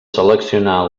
seleccionar